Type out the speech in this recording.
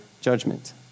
judgment